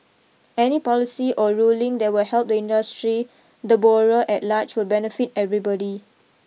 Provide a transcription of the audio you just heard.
any policy or ruling that will help the industry the borrower at large will benefit everybody